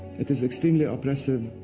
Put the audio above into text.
it is extremely oppressive,